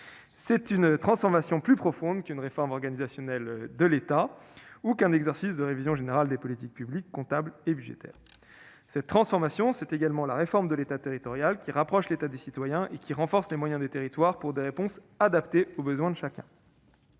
d'une transformation plus profonde qu'une simple réforme organisationnelle de l'État ou qu'un exercice de révision générale des politiques publiques, comptables et budgétaires. Cette transformation, ensuite, c'est la réforme de l'État territorial, qui rapproche l'État des citoyens et renforce les moyens des territoires pour des réponses adaptées aux besoins de chacun.